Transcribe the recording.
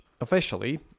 officially